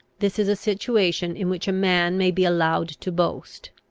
this is a situation in which a man may be allowed to boast.